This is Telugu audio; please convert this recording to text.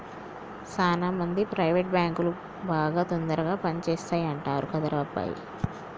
సాన మంది ప్రైవేట్ బాంకులు బాగా తొందరగా పని చేస్తాయంటరు కదరా అబ్బాయి